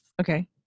Okay